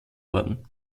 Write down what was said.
worden